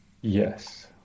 Yes